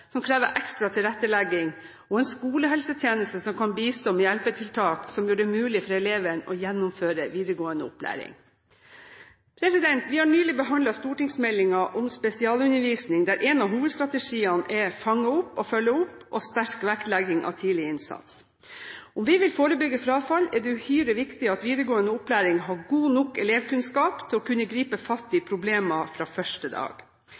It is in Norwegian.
som krever ekstra tilrettelegging og en skolehelsetjeneste som kan bistå med hjelpetiltak som gjør det mulig for eleven å gjennomføre videregående opplæring. Vi har nylig behandlet stortingsmeldingen om spesialundervisning der en av hovedstrategiene er «fange opp og følge opp» og sterk vektlegging av tidlig innsats. Om vi vil forebygge frafall, er det uhyre viktig at videregående opplæring har god nok elevkunnskap til å kunne gripe fatt i problemer fra første dag.